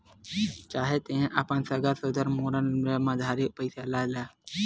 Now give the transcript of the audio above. चाहे तेंहा अपन सगा सोदर मेरन ले उधारी म पइसा ला